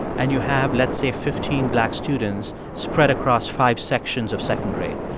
and you have, let's say, fifteen black students spread across five sections of second grade.